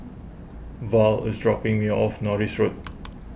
Val is dropping me off Norris Road